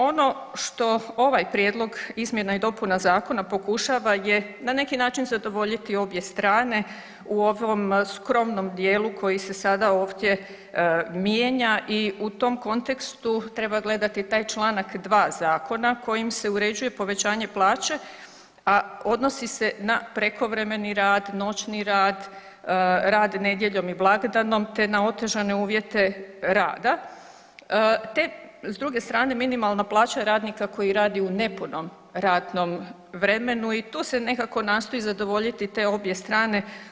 Ono što ovaj prijedlog izmjena i dopuna zakona pokušava je na neki način zadovoljiti obje strane u ovom skromnom dijelu koji se sada ovdje mijenja i u tom kontekstu treba gledati taj Članak 2. zakona kojim se uređuje povećanje plaće, a odnosi se na prekovremeni rad, noćni rad, rad nedjeljom i blagdanom te na otežane uvjete rada te s druge strane minimalna plaća radnika koji radi u nepunom radnom vremenu i tu se nekako nastoji zadovoljiti te obje strane.